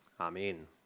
Amen